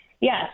Yes